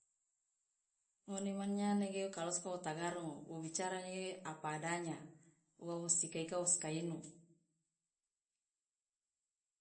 ngone man nyawa nege kaluosi kawo tagarongo wo bicara nege apa adanya uwa wosika ika wosi kaino